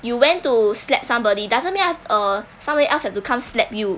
you went to slap somebody doesn't mean I have uh somebody else have to come slap you